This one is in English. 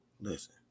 listen